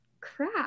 Crap